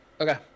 okay